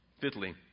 Fifthly